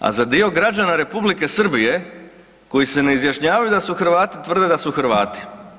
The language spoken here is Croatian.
A za dio građana Republike Srbije koji se ne izjašnjavaju da su Hrvati, tvrde da su Hrvati.